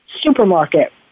supermarket